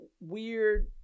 weird